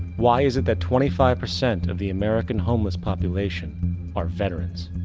why is it that twenty five percent of the american homeless population are veterans?